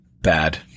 bad